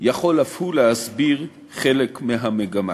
יכול אף הוא להסביר חלק מהמגמה.